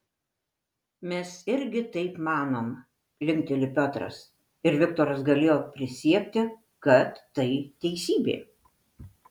mes irgi taip manom linkteli piotras ir viktoras galėjo prisiekti kad tai teisybė